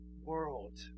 world